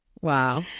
Wow